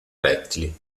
rettili